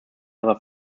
other